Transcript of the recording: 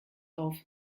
auf